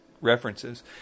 references